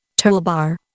Toolbar